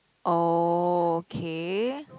okay